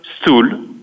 stool